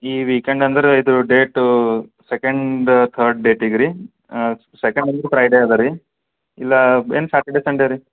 ಈ ವೀಕೆಂಡ್ ಅಂದ್ರೆ ಇದು ಡೇಟು ಸೆಕೆಂಡ್ ತರ್ಡ್ ಡೇಟಿಗೆ ರೀ ಆಂ ಸೆಕೆಂಡ್ ಅಂದರೆ ಫ್ರೈಡೆ ಇದೆ ರೀ ಇಲ್ಲ ಏನು ಸ್ಯಾಟರ್ಡೆ ಸಂಡೆ ರೀ